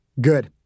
Good